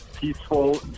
peaceful